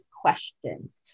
questions